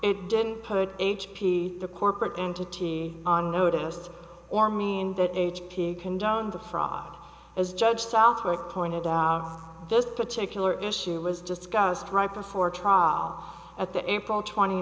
it didn't put h p the corporate entity on notice or mean that h p condoned the fraud as judge southwick pointed out this particular issue was discussed right before trial at the april twenty